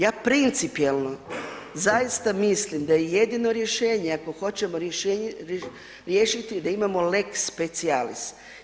Ja principijelno zaista mislim da je jedino rješenje ako hoćemo riješiti, da imamo lex specialis.